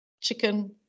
chicken